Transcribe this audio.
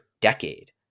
decade